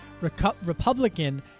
Republican